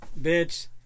Bitch